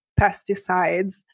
pesticides